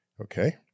okay